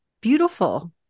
beautiful